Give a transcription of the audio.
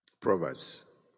Proverbs